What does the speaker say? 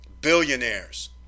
Billionaires